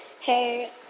Hey